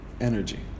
energy